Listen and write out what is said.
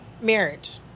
Marriage